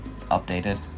updated